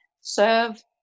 serve